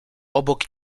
obok